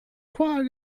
qual